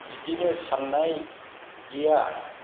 बिदिनो साननाया